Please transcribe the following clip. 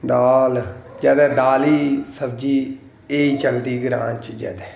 दाल जैदा दाली सब्जी एह् गै चलदी ग्रां च जैदा